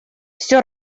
все